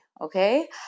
okay